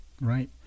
Right